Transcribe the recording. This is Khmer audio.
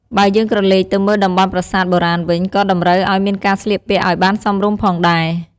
បើយើងក្រឡេកទៅមើលតំបន់ប្រាសាទបុរាណវិញក៏តម្រូវឲ្យមានកាស្លៀកពាក់ឲ្យបានសមរម្យផងដែរ។